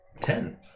Ten